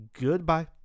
Goodbye